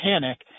panic